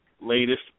latest